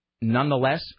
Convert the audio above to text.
nonetheless